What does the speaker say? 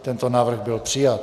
Tento návrh byl přijat.